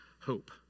hope